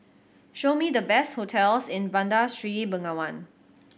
show me the best hotels in Bandar Seri Begawan